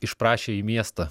išprašė į miestą